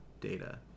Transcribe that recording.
data